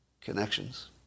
connections